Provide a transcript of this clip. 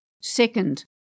Second